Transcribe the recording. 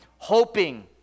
Hoping